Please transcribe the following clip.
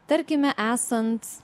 tarkime esant